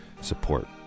Support